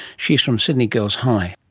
she is from sydney girls high.